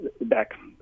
back